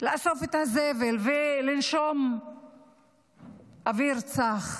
לאסוף את הזבל ולנשום אוויר צח.